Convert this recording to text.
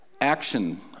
action